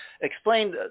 explain